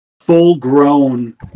full-grown